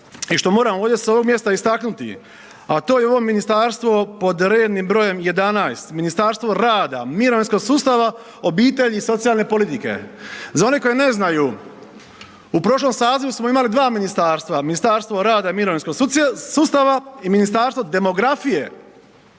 i što moram ovdje s ovog mjesta istaknuti, a to je ovo ministarstvo pod rednim brojem 11., Ministarstvo rada, mirovinskog sustava, obitelji i socijalne politike. Za one koji ne znaju u prošlom sazivu smo imali dva ministarstva, Ministarstvo rada i mirovinskog sustava i Ministarstvo demografije,